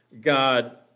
God